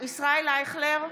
אייכלר,